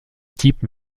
type